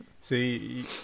See